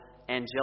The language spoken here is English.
angelic